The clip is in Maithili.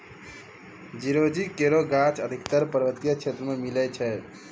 चिरौंजी केरो गाछ अधिकतर पर्वतीय प्रदेश म मिलै छै